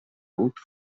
route